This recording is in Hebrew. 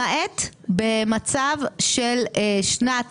למעט במצב של שנת